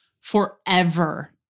forever